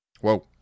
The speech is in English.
Whoa